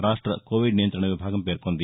రాష్ట్ల Covid నియంతణ విభాగం పేర్కొంది